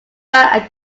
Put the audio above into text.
back